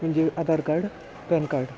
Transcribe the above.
म्हणजे Aadhaar card PAN card